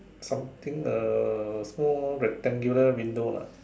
something a small rectangular window lah